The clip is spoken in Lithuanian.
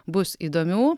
bus įdomių